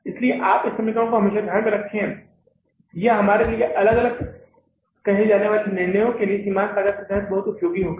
इसलिए आप इस समीकरण को हमेशा ध्यान में रखें यह हमारे लिए अलग अलग कहे जाने वाले निर्णय लेने की सीमांत लागत के तहत बहुत उपयोगी होगा